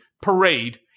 parade